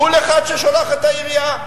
בול אחד ששולחת העירייה.